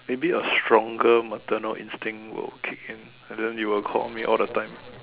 maybe a stronger maternal instinct will kick in and then you will call me all the time